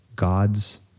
God's